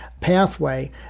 pathway